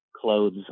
Clothes